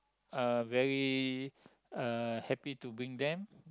uh very uh happy to bring them